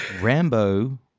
Rambo